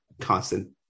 constant